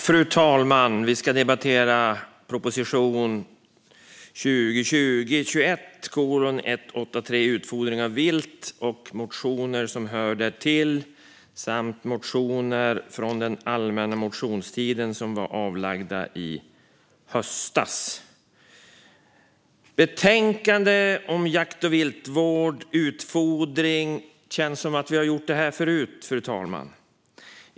Fru talman! Vi ska debattera propositionen 2020/21:183 Utfodring av vilt och motioner med anledning av den samt motioner från allmänna motionstiden i höstas. När det gäller betänkanden om jakt och viltvård, utfodring och så vidare känns det som att vi har gjort det här förut, fru talman.